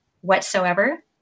whatsoever